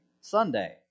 Sunday